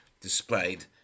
displayed